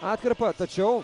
atkarpą tačiau